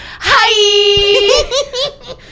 Hi